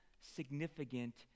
significant